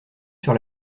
sur